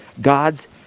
God's